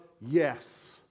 yes